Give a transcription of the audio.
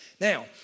Now